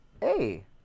Hey